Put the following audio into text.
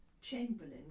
Chamberlain